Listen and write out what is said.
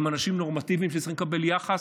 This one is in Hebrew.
הם אנשים נורמטיביים שצריכים לקבל יחס,